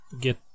get